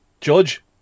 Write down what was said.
Judge